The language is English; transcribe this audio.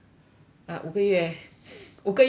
五个月五个月多